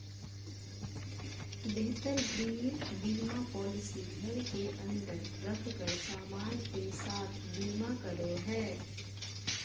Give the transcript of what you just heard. बेहतर गृह बीमा पॉलिसी घर के अंदर रखल सामान के साथ बीमा करो हय